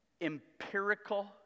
empirical